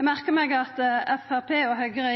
Eg merkar meg at Framstegspartiet og Høgre